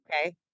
Okay